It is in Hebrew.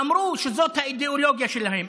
ואמרו שזאת האידיאולוגיה שלהם,